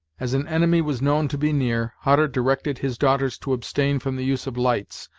as an enemy was known to be near, hutter directed his daughters to abstain from the use of lights,